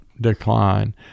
decline